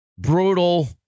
brutal